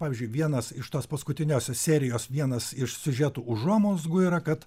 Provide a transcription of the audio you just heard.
pavyzdžiui vienas iš tos paskutiniosios serijos vienas iš siužetų užuomazgų yra kad